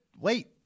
wait